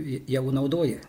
jau naudoji